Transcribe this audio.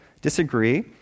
disagree